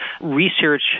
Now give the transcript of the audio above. research